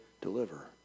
deliver